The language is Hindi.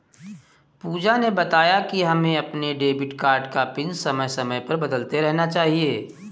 पूजा ने बताया कि हमें अपने डेबिट कार्ड का पिन समय समय पर बदलते रहना चाहिए